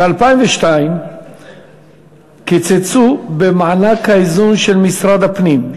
ב-2002 קיצצו במענק האיזון של משרד הפנים,